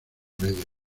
medio